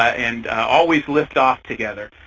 and always lift off together.